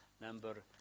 number